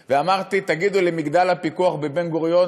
ואמרתי: תגידו למגדל הפיקוח בבן גוריון